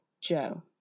Joe